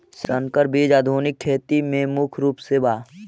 संकर बीज आधुनिक खेती में मुख्य रूप से बा